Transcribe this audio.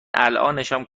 الانشم